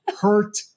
hurt